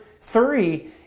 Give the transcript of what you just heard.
three